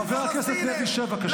חבר הכנסת לוי, שב, בבקשה.